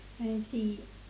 I see